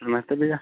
नमस्ते भैया